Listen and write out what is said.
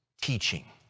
teaching